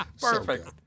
Perfect